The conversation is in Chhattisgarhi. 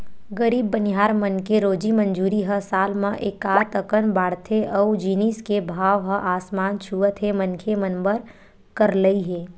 गरीब बनिहार मन के रोजी मंजूरी ह साल म एकात अकन बाड़थे अउ जिनिस के भाव ह आसमान छूवत हे मनखे मन बर करलई हे